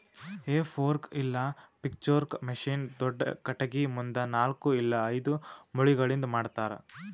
ಹೇ fork ಇಲ್ಲ pitchfork machine ದೊಡ್ದ ಖಟಗಿ ಮುಂದ ನಾಲ್ಕ್ ಇಲ್ಲ ಐದು ಮೊಳಿಗಳಿಂದ್ ಮಾಡ್ತರ